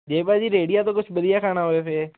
ਜੇ ਭਾਅ ਜੀ ਰੇਹੜੀਆਂ ਤੋਂ ਕੁਛ ਵਧੀਆ ਖਾਣਾ ਹੋਵੇ ਫਿਰ